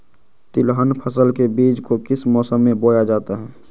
तिलहन फसल के बीज को किस मौसम में बोया जाता है?